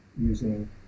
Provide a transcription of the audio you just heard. using